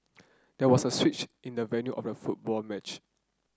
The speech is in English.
there was a switch in the venue of the football match